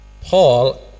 paul